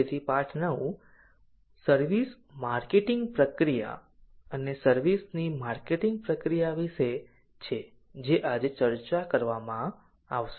તેથી પાઠ 9 service marketing પ્રક્રિયા અને સર્વિસ ની માર્કેટિંગ પ્રક્રિયા વિશે છે જે આજે ચર્ચા કરવામાં આવશે